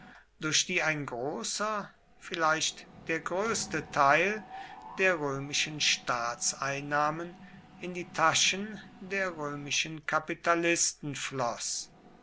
durch die ein großer vielleicht der größte teil der römischen staatseinnahmen in die taschen der römischen kapitalisten floß